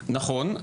נכון,